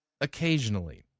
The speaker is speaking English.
occasionally